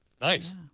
Nice